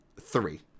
three